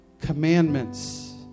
commandments